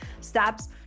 steps